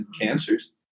cancers